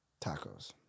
Tacos